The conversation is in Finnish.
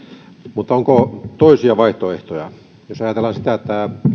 mutta onko toisia vaihtoehtoja ajatellaanpa sitä että